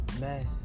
Man